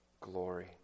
glory